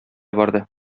барды